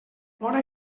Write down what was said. bona